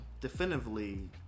definitively